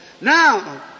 Now